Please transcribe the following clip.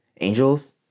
angels